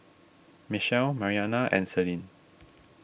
Michelle Marianna and Selene